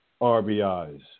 RBIs